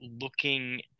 looking